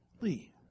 Lee